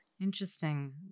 Interesting